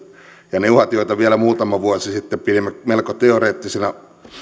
ja ne uhat joita vielä muutama vuosi sitten pidimme melko teoreettisina